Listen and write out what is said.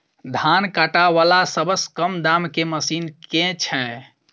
धान काटा वला सबसँ कम दाम केँ मशीन केँ छैय?